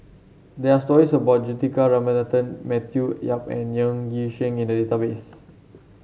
there are stories about Juthika Ramanathan Matthew Yap and Ng Yi Sheng in the database